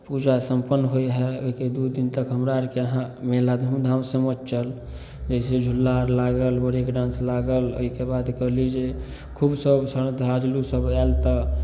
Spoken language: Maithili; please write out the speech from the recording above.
पूजा सम्पन्न होइ हइ ओहिके दू दिन तक हमरा अरके यहाँ मेला धूमधामसँ मचल जैसे झूला अर लागल ब्रेक डांस लागल ओहिके बाद कहली जे खूब सभ श्रद्धालुसभ आयल तऽ